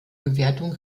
bewertung